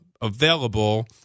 available